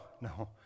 no